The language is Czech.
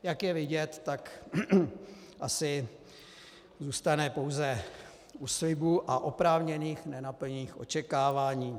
Jak je vidět, tak asi zůstane pouze u slibů a oprávněných nenaplněných očekávání.